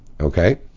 Okay